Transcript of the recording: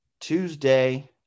Tuesday